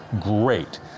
Great